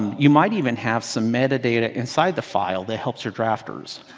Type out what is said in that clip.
you might even have some metadata inside the file that helps your drafters.